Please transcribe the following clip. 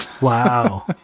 Wow